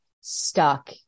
stuck